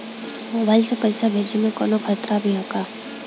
Mobile से पैसा भेजे मे कौनों खतरा भी बा का?